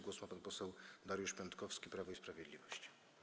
Głos ma pan poseł Dariusz Piontkowski, Prawo i Sprawiedliwość.